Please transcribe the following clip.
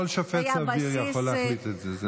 כל שופט סביר יכול להחליט את זה.